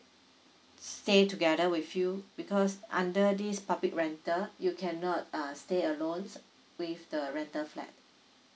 stay together with you because under this public rental you cannot uh stay alone with the rental flat